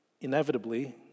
inevitably